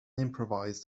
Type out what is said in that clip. improvised